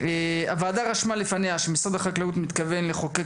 הוועדה רשמה לפניה שמשרד החקלאות מתכוון לחוקק